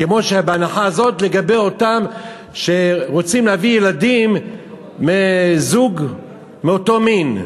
כמו בהנחה הזאת לגבי אותם שרוצים להביא ילדים מזוג מאותו מין.